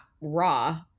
raw-